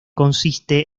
consiste